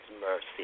mercy